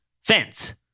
fence